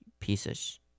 pieces